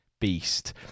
beast